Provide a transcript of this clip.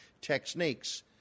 techniques